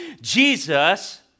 Jesus